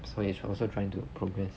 so he's also trying to progress